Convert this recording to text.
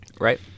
Right